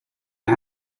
are